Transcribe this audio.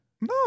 No